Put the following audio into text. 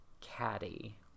caddy